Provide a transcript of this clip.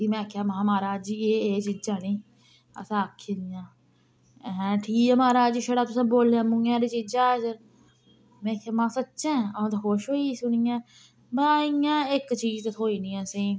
फ्ही में आखेआ महां महाराज जी एह् एह् चीजां नी असें आक्खी दियां अहें ठीक ऐ महाराज छड़ा तुसें बोलेआ मूहां दा ते चीजां हाजर में आखेआ महां सच्चैं आऊं ते खुश होई सुनियै में इयां इक चीज ते थ्होई नी असेंई